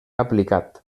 aplicat